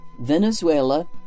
venezuela